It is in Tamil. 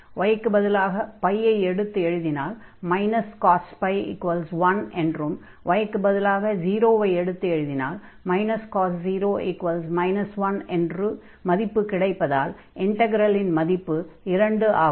y க்கு பதிலாக ஐ எடுத்து எழுதினால் cosπ1 என்றும் y க்கு பதிலாக 0 ஐ எடுத்து எழுதினால் cos0 1 என்ற மதிப்பும் கிடைப்பதால் இன்டக்ரலின் மதிப்பு 2 ஆகும்